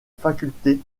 faculté